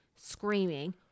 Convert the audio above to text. screaming